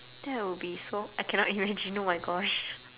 that will be so I cannot imagine oh my gosh